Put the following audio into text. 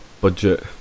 budget